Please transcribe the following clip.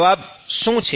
જવાબ શું છે